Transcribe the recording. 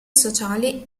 sociali